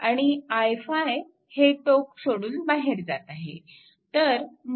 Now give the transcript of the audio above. आणि i5 हे टोक सोडून बाहेर जात आहे